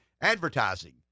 advertising